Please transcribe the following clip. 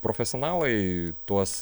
profesionalai tuos